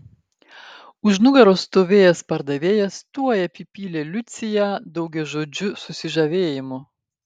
už nugaros stovėjęs pardavėjas tuoj apipylė liuciją daugiažodžiu susižavėjimu